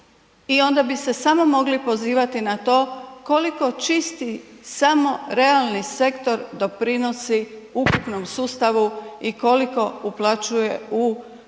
i onda bi se samo mogli pozivati na to koliko čisti samo realni sektor doprinosi ukupnom sustavu i koliko uplaćuje u ukupan